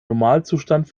normalzustand